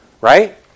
Right